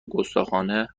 گستاخانه